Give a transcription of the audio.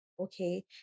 Okay